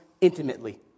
intimately